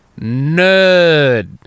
nerd